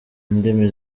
ndimi